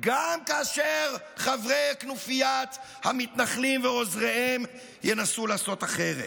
גם כאשר חברי כנופיית המתנחלים ועוזריהם ינסו לעשות אחרת.